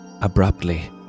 Abruptly